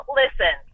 listen